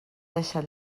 deixat